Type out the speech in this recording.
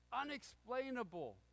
unexplainable